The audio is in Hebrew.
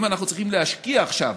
אם אנחנו צריכים להשקיע עכשיו,